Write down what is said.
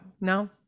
no